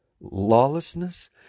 lawlessness